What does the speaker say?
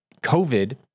COVID